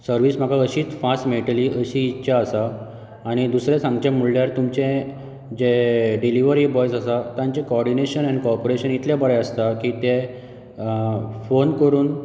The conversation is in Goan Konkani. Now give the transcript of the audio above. सर्वीस म्हाका अशीच फास्ट मेळटली अशी इच्छा आसा आनी दुसरें सांगचें म्हणल्यार तुमचें जे डिलीवरी बॉयझ आसा तांचें कॉर्डीनेशन एन्ड कॉपरेशन इतलें बरें आसता की ते फोन करून